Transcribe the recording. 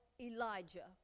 Elijah